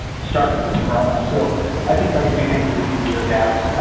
started with corona. so i think like anything we just need to adapt.